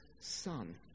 son